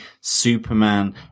Superman